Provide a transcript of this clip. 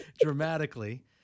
dramatically